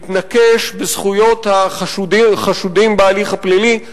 מתנקש בזכויות החשודים בהליך הפלילי,